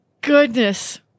goodness